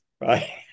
right